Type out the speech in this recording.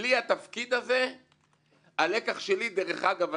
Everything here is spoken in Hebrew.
שבלי התפקיד הזה הלקח שלי אגב,